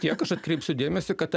kiek aš atkreipsiu dėmesį kad